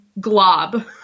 glob